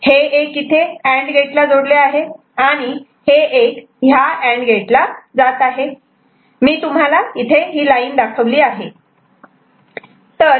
हे 1 इथे अँड गेटला जोडले आहे आणि हे 1 ह्या अँड गेटला जात आहेrefer time 0450 मी तुम्हाला लाईन दाखविली आहे